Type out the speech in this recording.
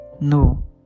no